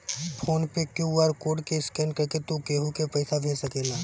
phone पे QR code के scan करके तू केहू के पईसा भेज सकेला